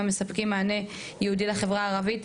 המספקים מענה ללהט״ב מהחברה הערבית,